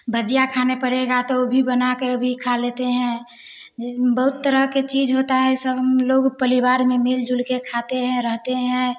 भजिया खाने पड़ेगा तो वो भी बना के वो भी खा लेते हैं जैसे बहुत तरह के चीज होता है सब हम लोग परिवार में मिलजुल के खाते हैं रहते हैं